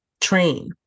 train